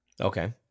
Okay